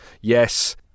Yes